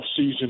offseason